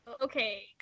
okay